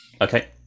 Okay